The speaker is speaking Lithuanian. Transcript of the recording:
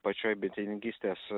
pačioj bitininkystės